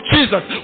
Jesus